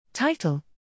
Title